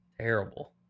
terrible